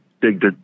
big